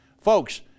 Folks